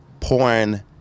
porn